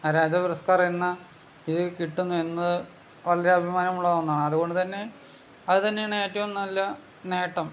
രാജപുരസ്കാർ എന്ന ഇത് കിട്ടുന്നു എന്ന് വളരെ അഭിമാനമുള്ള ഒന്നാണ് അതുകൊണ്ടു തന്നെ അതുതന്നെയാണ് ഏറ്റവും നല്ല നേട്ടം